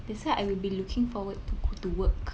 that's why I will be looking forward to go to work